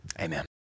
Amen